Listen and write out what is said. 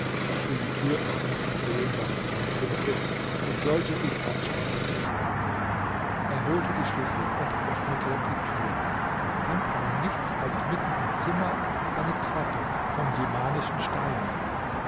ich will die tür öffnen und sehen was in diesem zimmer ist und sollte ich auch sterben müssen er holte die schlüssel und öffnete die tür fand aber nichts als mitten im zimmer eine treppe von jemanischen steinen